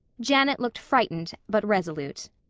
janet looked frightened but resolute.